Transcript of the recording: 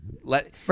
let